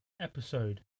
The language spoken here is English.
episode